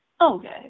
Okay